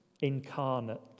incarnate